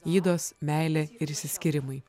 ydos meilė ir išsiskyrimai